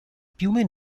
piume